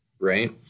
right